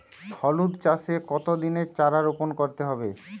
হলুদ চাষে কত দিনের চারা রোপন করতে হবে?